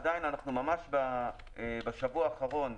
עדיין אנחנו ממש בשבוע האחרון,